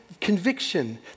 conviction